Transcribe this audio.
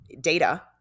data